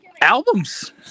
Albums